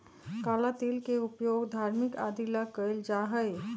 काला तिल के उपयोग धार्मिक आदि ला कइल जाहई